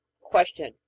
Question